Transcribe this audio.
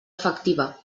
efectiva